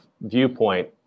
viewpoint